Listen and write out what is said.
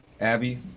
Abby